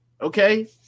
Okay